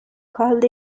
called